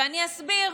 ואני אסביר.